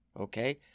okay